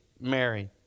Mary